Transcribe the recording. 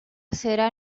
será